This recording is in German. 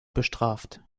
bestraft